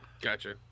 Gotcha